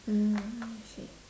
uh I see